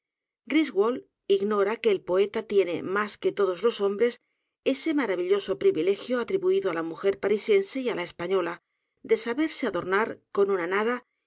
griswold ignora que el poeta tiene más que todos los hombres ese maravilloso privilegio atribuido á la mujer parisiense y á la española de saberse adornar con una